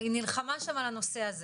היא נלחמה על הנושא הזה,